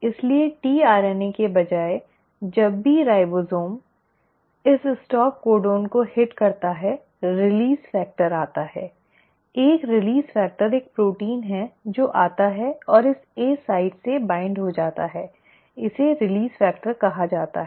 इसलिए tRNA के बजाय जब भी राइबोसोम इस स्टॉप कोडोन को हिट करता है रिलीज़ फैक्टर आता है एक रिलीज़ फैक्टर एक प्रोटीन है जो आता है और इस A साइट से बाइन्ड हो जाता है इसे रिलीज़ फैक्टर कहा जाता है